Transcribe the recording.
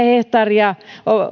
hehtaaria